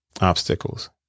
obstacles